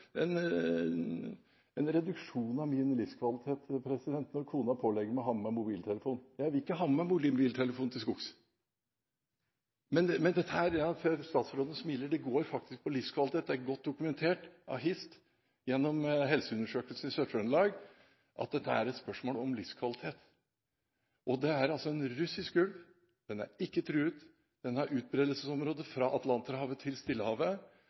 reduksjon av min livskvalitet. Jeg vil ikke ha med meg mobiltelefon til skogs. Men dette går faktisk – jeg ser statsråden smiler – på livskvalitet. Det er godt dokumentert av HiST gjennom Helseundersøkelsen i Sør-Trøndelag at dette er et spørsmål om livskvalitet. Det er altså en russisk ulv. Den er ikke truet. Den har utbredelsesområde fra Atlanterhavet til Stillehavet,